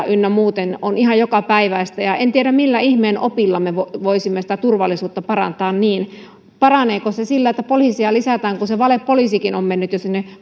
ynnä muu on ihan jokapäiväistä en tiedä millä ihmeen opilla me voisimme sitä turvallisuutta parantaa paraneeko se sillä että poliiseja lisätään kun se valepoliisikin on mennyt jo sinne